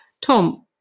Tom